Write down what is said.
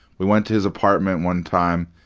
we went to his apartment one time,